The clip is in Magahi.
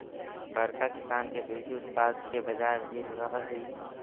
बड़का किसान के कृषि उत्पाद के बाजार मिलऽ हई